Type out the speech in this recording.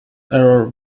error